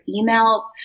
emails